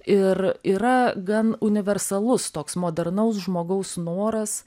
ir yra gan universalus toks modernaus žmogaus noras